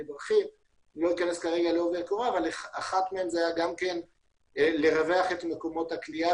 אחד מהם זה היה לרווח את מקומות הכליאה